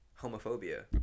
homophobia